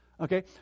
Okay